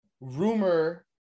rumor